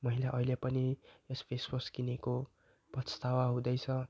मैले अहिले पनि यस फेसवास किनेको पछतावा हुँदैछ